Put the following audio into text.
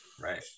right